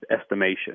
estimation